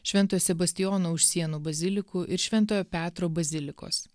švento sebastijono už sienų bazilikų ir šventojo petro bazilikos